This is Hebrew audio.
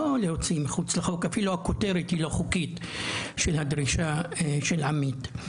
לא להוציא מחוץ לחוק אפילו הכותרת היא לא חוקית של הדרישה של עמית.